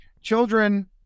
children